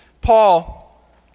Paul